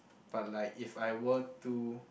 but like if I were to